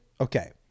okay